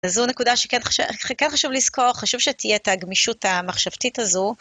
אז זו נקודה שכן-חש-א-ח-כן חשוב לזכור, חשוב שתהיה את הגמישות ה...מחשבתית הזו.